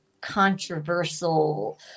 controversial